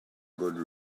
good